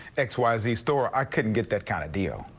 x y z store are can get that kind of deal.